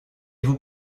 vous